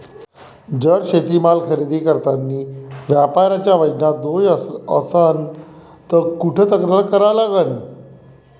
जर शेतीमाल खरेदी करतांनी व्यापाऱ्याच्या वजनात दोष असन त कुठ तक्रार करा लागन?